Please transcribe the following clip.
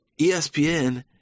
ESPN